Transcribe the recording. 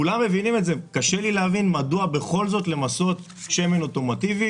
קשה לי להבין מדוע בכל זאת למסות שמן אוטומטיבי.